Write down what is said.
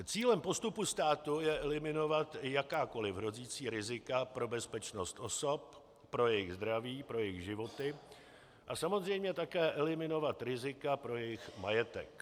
Cílem postupu státu je eliminovat jakákoli hrozící rizika pro bezpečnost osob, pro jejich zdraví, pro jejich životy a samozřejmě také eliminovat rizika pro jejich majetek.